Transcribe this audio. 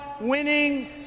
winning